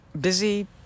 busy